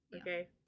okay